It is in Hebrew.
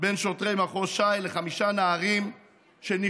בין שוטרי מחוז ש"י לחמישה נערים שנחשדו,